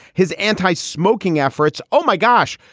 his anti-smoking efforts. oh, my gosh.